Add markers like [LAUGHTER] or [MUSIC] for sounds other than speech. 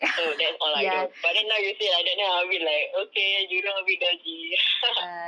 so that's all I know but then now you say like that then I a bit like okay jurong a bit dodgy [LAUGHS]